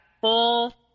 full